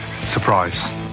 surprise